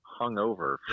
hungover